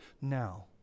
now